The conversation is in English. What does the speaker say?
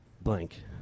blank